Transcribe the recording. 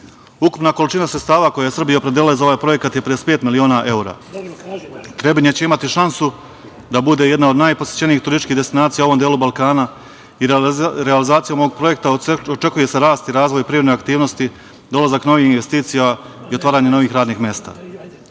količina sredstava koje je Srbija opredelila za ovaj projekat je 55 miliona evra. Trebinje će imati šansu da bude jedna od najposećenijih turističkih destinacija u ovom delu Balkana i realizacijom ovog projekta očekuje se rast i razvoj privredne aktivnosti, dolazak novih investicija i otvaranje novih radnih mesta. Pre